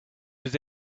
was